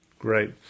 Great